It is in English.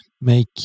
make